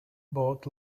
bought